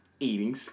Eating